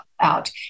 out